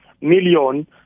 million